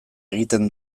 egiten